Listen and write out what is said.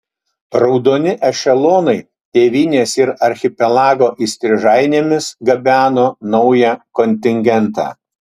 raudoni ešelonai tėvynės ir archipelago įstrižainėmis gabeno naują kontingentą